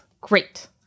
Great